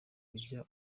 ujyana